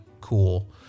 cool